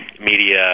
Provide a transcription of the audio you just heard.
media